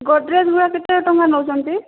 ଗୋଦ୍ରେଜ୍ ଗୁଡ଼ା କେତେ ଟଙ୍କା ନେଉଛନ୍ତି